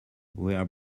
were